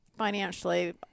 Financially